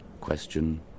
question